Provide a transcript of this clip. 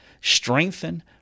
strengthen